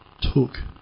took